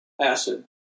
acid